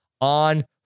on